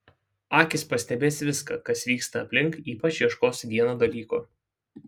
akys pastebės viską kas vyksta aplink ypač ieškos vieno dalyko